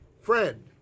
Friend